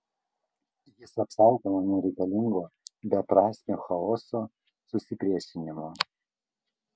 jis apsaugo nuo nereikalingo beprasmio chaoso susipriešinimo